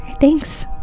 Thanks